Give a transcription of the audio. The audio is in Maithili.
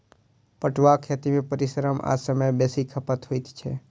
पटुआक खेती मे परिश्रम आ समय बेसी खपत होइत छै